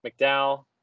McDowell